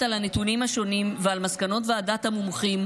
על הנתונים השונים ועל מסקנות ועדת המומחים,